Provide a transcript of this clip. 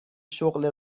شغل